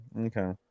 Okay